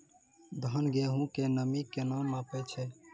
धान, गेहूँ के नमी केना नापै छै?